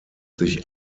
sich